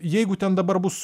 jeigu ten dabar bus